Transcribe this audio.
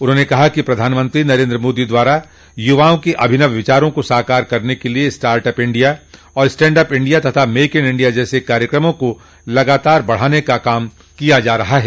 उन्होंने कहा कि प्रधानमंत्री नरेन्द्र मोदी द्वारा युवाओं के अभिनव विचारों को साकार करने के लिये स्टाटअप इंडिया और स्टंडअप इंडिया तथा मेक इन इंडिया जैसे कार्यक्रमों को लगातार बढ़ाने का कार्य किया जा रहा है